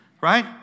right